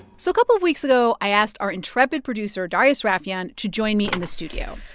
so a couple of weeks ago, i asked our intrepid producer, darius rafieyan, to join me in the studio